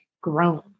grown